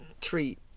treat